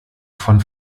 von